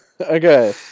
Okay